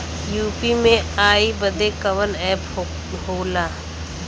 UPI बदे कवन app होला?